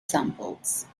samples